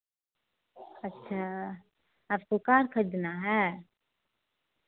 अच्छा आपको कार खरीदना है